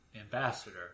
ambassador